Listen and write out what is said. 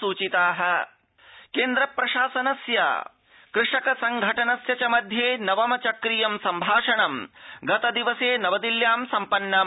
शासन कषक सम्भाषणम् केन्द्रप्रशासनस्य कृषकसंघटनस्य च मध्ये नवम चक्रीयं सम्भाषणं गतदिवसे नवदिल्ल्यां सम्पन्नम्